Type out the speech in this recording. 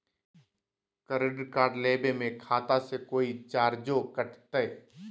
Credit card लेवे में खाता से कोई चार्जो कटतई?